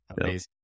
amazing